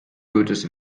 goethes